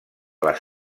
les